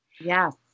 Yes